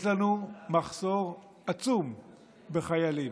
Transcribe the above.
יש לנו מחסור עצום בחיילים.